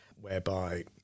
whereby